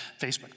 Facebook